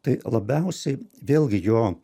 tai labiausiai vėlgi jo